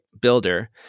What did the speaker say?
builder